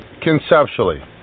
Conceptually